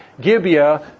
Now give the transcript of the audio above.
Gibeah